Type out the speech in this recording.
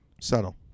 subtle